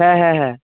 হ্যাঁ হ্যাঁ হ্যাঁ